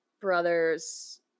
brothers